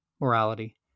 morality